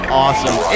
awesome